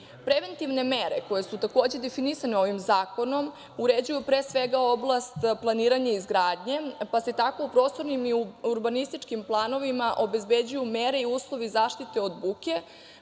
buke. Preventivne mere koje su takođe definisane ovim zakonom uređuju, pre svega, oblast planiranja i izgradnje, pa se tako u prostornim i urbanističkim planovima obezbeđuju mere i uslovi zaštite od buke,